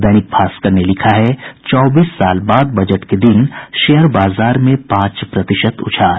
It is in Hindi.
दैनिक भास्कर ने लिखा है चौबीस साल बाद बजट के दिन शेयर बाजार में पांच प्रतिशत उछाल